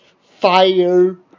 fire